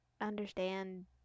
understand